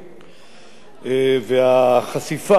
והחשיפה לכמות הנכנסים,